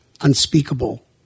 unspeakable